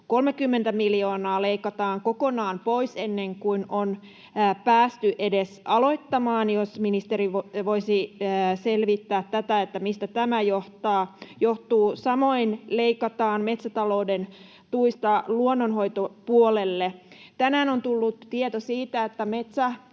30 miljoonaa leikataan kokonaan pois ennen kuin on päästy edes aloittamaan. Jos ministeri voisi selvittää tätä, mistä tämä johtuu. Samoin leikataan metsätalouden tuista luonnonhoitopuolelle. Tänään on tullut tieto siitä, että